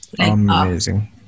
amazing